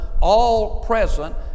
all-present